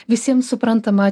visiems suprantama